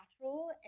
natural